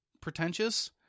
pretentious